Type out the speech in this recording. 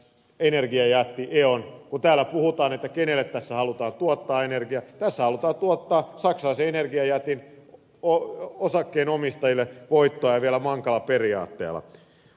kun täällä puhutaan että kenelle tässä halutaan tuottaa energiaa tässä halutaan tuottaa saksalaisen energiajätin osakkeenomistajille voittoa ja vielä mankala periaatteella